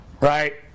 right